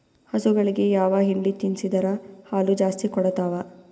ಹಸುಗಳಿಗೆ ಯಾವ ಹಿಂಡಿ ತಿನ್ಸಿದರ ಹಾಲು ಜಾಸ್ತಿ ಕೊಡತಾವಾ?